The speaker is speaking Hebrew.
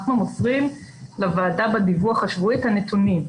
אנחנו מוסרים לוועדה בדיווח השבועי את הנתונים.